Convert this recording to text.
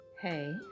Hey